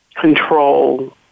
control